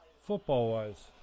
Football-wise